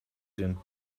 than